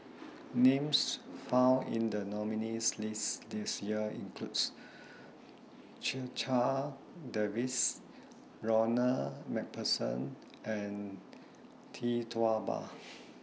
Names found in The nominees' list This Year include Checha Davies Ronald MacPherson and Tee Tua Ba